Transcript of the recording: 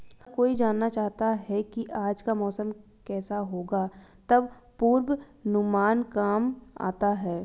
हर कोई जानना चाहता है की आज का मौसम केसा होगा तब पूर्वानुमान काम आता है